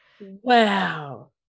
Wow